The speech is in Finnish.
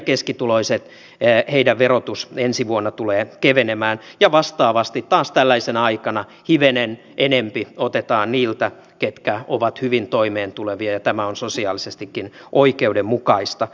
pieni ja keskituloisten verotus ensi vuonna tulee kevenemään ja vastaavasti taas tällaisena aikana hivenen enempi otetaan niiltä ketkä ovat hyvin toimeen tulevia ja tämä on sosiaalisestikin oikeudenmukaista